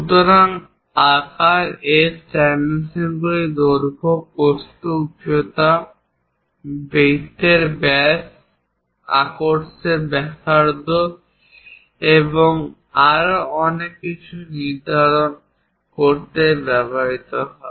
সুতরাং আকার S ডাইমেনশনগুলি দৈর্ঘ্য প্রস্থ উচ্চতা বৃত্তের ব্যাস আর্কসের ব্যাসার্ধ এবং আরও অনেক কিছু নির্ধারণ করতে ব্যবহৃত হয়